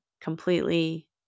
completely